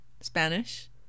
Spanish